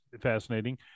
fascinating